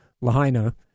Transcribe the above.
Lahaina